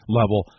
level